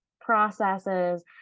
processes